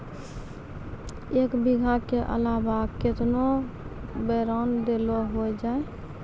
एक बीघा के अलावा केतना बोरान देलो हो जाए?